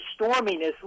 storminess